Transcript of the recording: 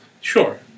Sure